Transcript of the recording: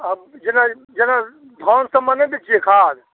अब जेना जेना गाँव सबमे नहि दै छिए खाद